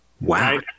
Wow